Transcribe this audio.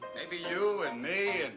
maybe you, and me,